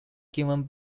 given